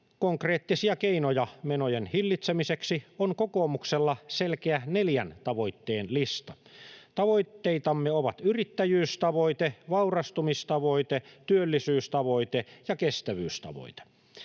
konkreettisia keinoja menojen hillitsemiseksi, on kokoomuksella selkeä neljän tavoitteen lista. Tavoitteitamme ovat yrittäjyystavoite, vaurastumistavoite, työllisyystavoite ja kestävyystavoite.